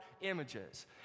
images